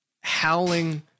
howling